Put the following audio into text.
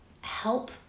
help